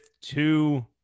two